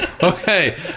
Okay